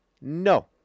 No